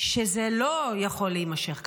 שזה לא יכול להימשך ככה.